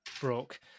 broke